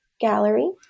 Gallery